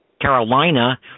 Carolina